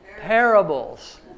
Parables